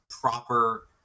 proper